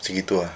macam itu lah